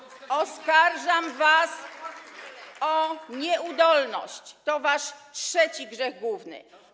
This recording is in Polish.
Oskarżam was o nieudolność, to jest wasz trzeci grzech główny.